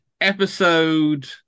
episode